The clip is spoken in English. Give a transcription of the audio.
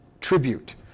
tribute